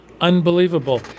Unbelievable